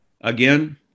again